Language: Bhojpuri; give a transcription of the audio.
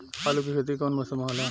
आलू के खेती कउन मौसम में होला?